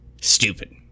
stupid